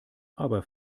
aber